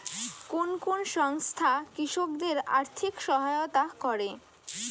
কোন কোন সংস্থা কৃষকদের আর্থিক সহায়তা করে?